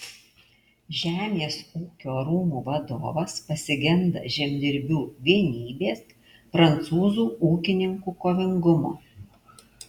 žemės ūkio rūmų vadovas pasigenda žemdirbių vienybės prancūzų ūkininkų kovingumo